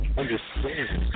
understand